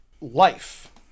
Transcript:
life